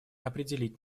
определить